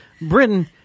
Britain